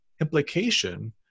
implication